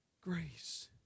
Grace